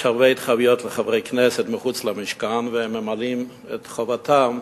יש הרבה התחייבויות לחברי כנסת מחוץ למשכן והם ממלאים את חובתם,